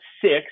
six